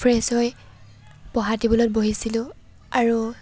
fresh হৈ পঢ়া টেবুলত বহিছিলোঁ আৰু